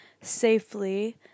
safely